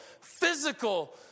physical